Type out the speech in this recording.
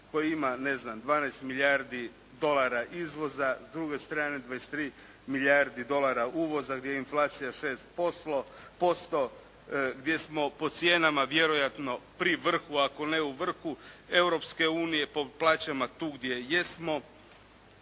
ne znam 12 milijardi dolara izvoza, s druge strane 23 milijardi dolara uvoza gdje je inflacija 6%, gdje smo po cijenama vjerojatno pri vrhu ako ne u vrhu Europske unije, po plaća tu gdje jesmo,